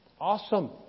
Awesome